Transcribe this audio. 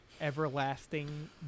everlasting